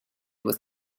with